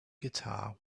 guitar